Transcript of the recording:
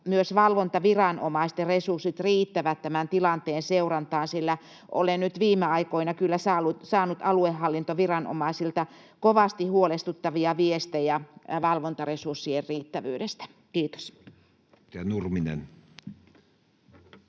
myös valvontaviranomaisten resurssit riittävät tämän tilanteen seurantaan, sillä olen nyt viime aikoina kyllä saanut aluehallintoviranomaisilta kovasti huolestuttavia viestejä valvontaresurssien riittävyydestä. — Kiitos. [Speech